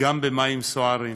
גם במים סוערים